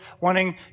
wanting